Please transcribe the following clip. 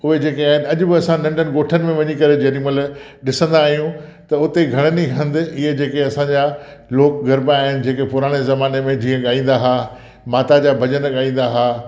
उहे जेके आहिनि अॼु उहा असां नंढनि ॻोठनि में वञी करे जेॾीमहिल ॾिसंदा आहियूं त उते घणनि ई हंधि इहो जेके असांजा लोक गरबा आहिनि जेके पुराने ज़माने में जीअं ॻाईंदा हुआ माता जा भॼन ॻाईंदा हुआ